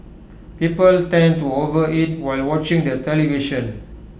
people tend to overeat while watching the television